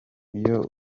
iyo